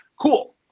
Cool